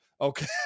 Okay